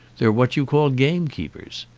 they're what you call gamekeepers.